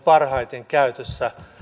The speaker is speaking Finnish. parhaiten käytössä